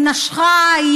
היא נשכה,